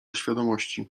świadomości